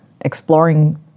exploring